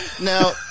Now